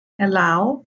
allow